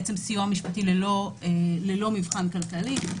בעצם סיוע משפטי ללא מבחן כלכלי,